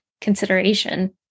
consideration